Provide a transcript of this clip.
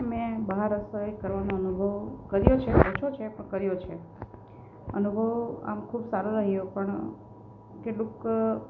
મેં બહાર રસોઈ કરવાનો અનુભવ કર્યો છે ઓછો છે પણ કર્યો છે અનુભવ આમ ખૂબ સારો રહ્યો પણ કેટલુંક